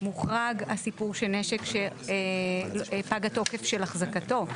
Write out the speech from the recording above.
מוחרג הסיפור של נשק שפג התוקף של החזקתו.